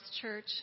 church